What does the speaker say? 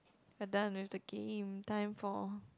we're done with the game time for